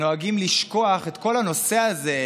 נוהגים לשכוח את כל הנושא הזה,